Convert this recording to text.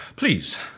Please